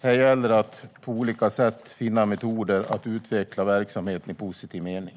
Här gäller det att på olika sätt finna metoder att utveckla verksamheten i positiv mening.